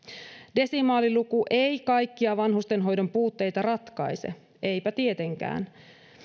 desimaaliluku ei kaikkia vanhustenhoidon puutteita ratkaise eipä tietenkään